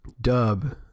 dub